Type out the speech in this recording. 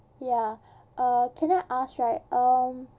ya uh can I ask right um